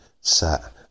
sat